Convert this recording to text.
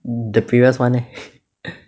the previous [one] eh